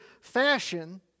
fashion